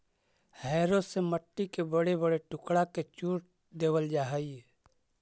harrow से मट्टी के बड़े बड़े टुकड़ा के चूर देवल जा हई